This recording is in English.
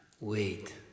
Wait